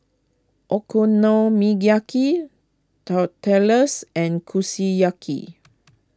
Okonomiyaki Tortillas and Kushiyaki